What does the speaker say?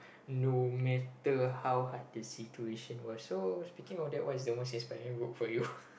no matter how hard the situation was so speaking of that what was the most inspired book for you